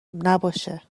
نباشه